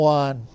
one